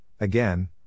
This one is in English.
again